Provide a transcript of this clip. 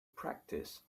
practice